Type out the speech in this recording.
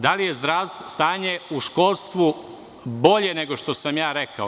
Da li je stanje u školstvu bolje nego što sam rekao?